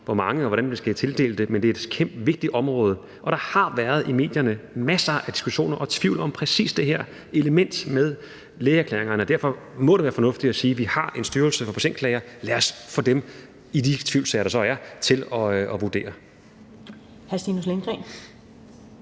hvor mange og hvordan vi skal tildele det. Men det er et vigtigt område, og der har i medierne været masser af diskussioner og tvivl om præcis det her element med lægeerklæringerne, og derfor må det være fornuftigt at sige: Vi har en Styrelse for Patientklager, og lad os få dem til at vurdere